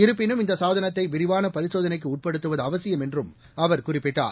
இருப்பினும் இந்த சாதனத்தை விரிவான பரிசோதனைக்கு உட்படுத்துவது அவசியம் என்றும் அவர் குறிப்பிட்டார்